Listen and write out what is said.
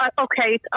okay